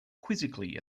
quizzically